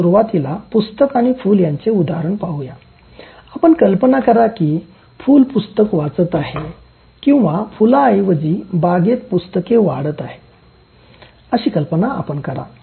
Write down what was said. सुरुवातीला पुस्तक आणि फुल यांचे उदाहरण पाहू आपण कल्पना करा की फुल पुस्तक वाचत आहे किंवा फुलांऐवजी बागेत पुस्तके वाढत आहे अशी आपण कल्पना करा